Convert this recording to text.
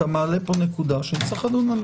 זו נקודה שיש לדון בה